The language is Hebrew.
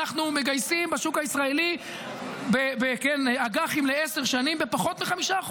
אנחנו מגייסים בשוק הישראלי אג"חים לעשר שנים בפחות מ-5%,